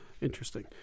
Interesting